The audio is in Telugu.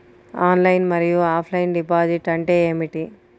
ఆన్లైన్ మరియు ఆఫ్లైన్ డిపాజిట్ అంటే ఏమిటి?